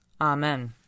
Amen